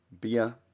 beer